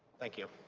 thank you.